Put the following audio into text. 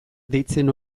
deitzen